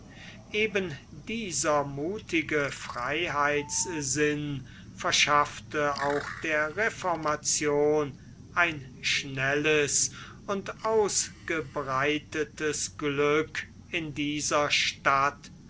eben dieser muthige freiheitssinn verschaffte auch der reformation ein schnelles und ausgebreitetes glück in dieser stadt